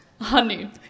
honey